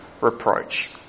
reproach